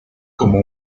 como